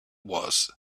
was